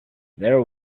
there